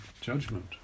judgment